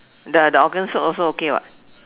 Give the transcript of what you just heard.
the the organ soup also okay [what]